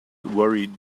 worried